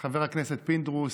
חבר הכנסת פינדרוס,